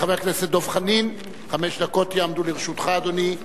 חבר הכנסת דב חנין, חמש דקות יעמדו לרשותך, אדוני,